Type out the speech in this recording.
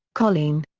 colleen.